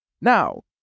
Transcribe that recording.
Now